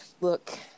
look